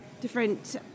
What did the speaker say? different